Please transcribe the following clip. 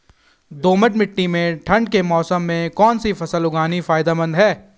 दोमट्ट मिट्टी में ठंड के मौसम में कौन सी फसल उगानी फायदेमंद है?